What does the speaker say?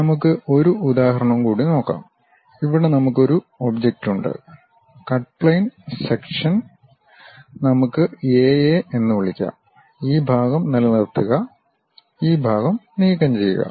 നമുക്ക് ഒരു ഉദാഹരണം കൂടി നോക്കാം ഇവിടെ നമുക്ക് ഒരു ഒബ്ജക്റ്റ് ഉണ്ട് കട്ട് പ്ലെയിൻ സെക്ഷൻ നമുക്ക് എ എ എന്ന് വിളിക്കാം ഈ ഭാഗം നിലനിർത്തുക ഈ ഭാഗം നീക്കംചെയ്യുക